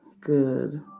Good